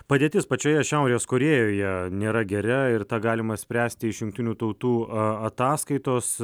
padėtis pačioje šiaurės korėjoje nėra gera ir tą galima spręsti iš jungtinių tautų ataskaitos